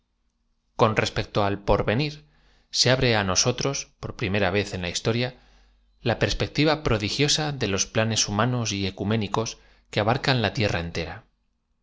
con respecto al p orve n ir se abre á nosotros por primer v e z en la historia la pers pectiva prodigiosa de los planes humanos y ecumé nicos que abarcan la tierra entera